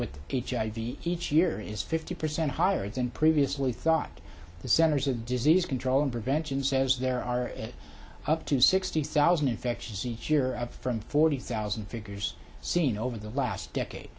with hiv each year is fifty percent higher than previously thought the centers of disease control and prevention says there are at up to sixty thousand and factions each year up from forty thousand figures seen over the last decade